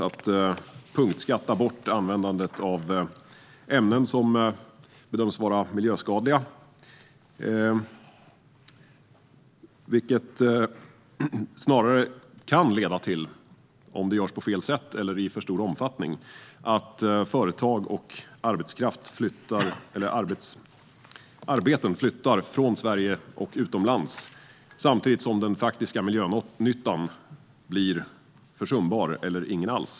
Att punktbeskatta bort användandet av ämnen som bedöms vara miljöskadliga kan, om det görs på fel sätt eller i för stor omfattning, leda till att företag och arbeten flyttas från Sverige utomlands, samtidigt som den faktiska miljönyttan blir försumbar eller ingen alls.